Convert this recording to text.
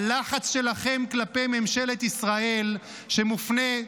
הלחץ שלכם כלפי ממשלת ישראל שמופנה,